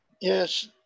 yes